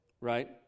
right